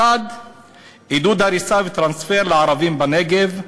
1. עידוד הריסה וטרנספר לערבים בנגב,